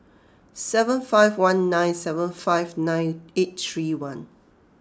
seven five one nine seven five nine eight three one